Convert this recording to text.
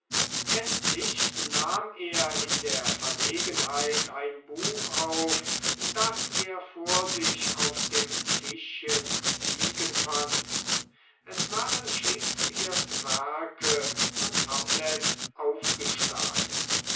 endlich nahm er in der verlegenheit ein buch auf das er vor sich auf dem tischchen liegen fand es waren shakespeares werke und hamlet aufgeschlagen